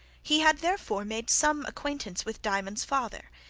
he had therefore made some acquaintance with diamond's father,